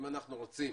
אם אנחנו רוצים